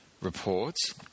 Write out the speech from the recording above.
reports